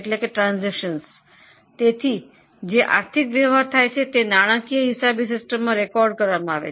તેથી દરેક નાણાંકીય વ્યવહાર નાણાંકીય હિસાબી પદ્ધતિમાં નોંધ કરવામાં આવે છે